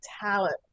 talent